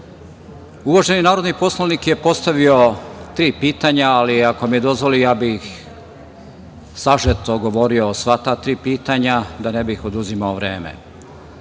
uvaženi narodni poslanik je postavi tri pitanje, ali ako mi dozvoli ja bih sažeto govorio o sva ta tri pitanja da ne bih oduzimao vreme. Pre